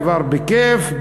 עבר בכיף,